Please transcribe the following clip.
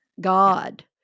God